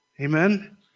Amen